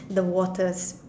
the waters